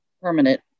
permanent